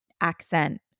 accent